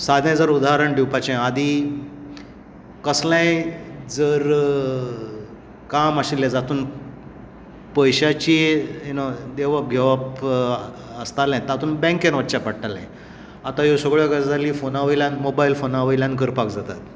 सादें जर उद्हारण दिवपाचें आदीं कसलेंय जर काम आशिल्लें जातूंत पयशाची यू नो दिवप घेवप आसतालें तातूंत बँकेन वच्चें पडटालें आतां ह्यो सगळ्यो गजाली फोना वयल्यान मोबायल फोना वयल्यान करपाक जाता